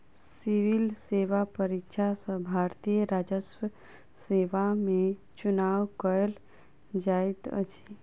civil सेवा परीक्षा सॅ भारतीय राजस्व सेवा में चुनाव कयल जाइत अछि